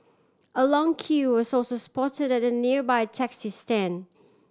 a long queue was also spotted at the nearby taxi stand